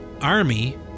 army